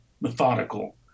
methodical